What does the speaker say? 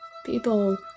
People